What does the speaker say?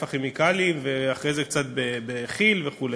כימיקלים" ואחרי זה קצת בכי"ל וכו',